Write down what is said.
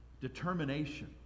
determination